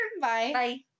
bye